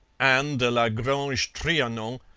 anne de la grange-trianon,